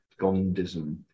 Gondism